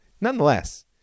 Nonetheless